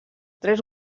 tres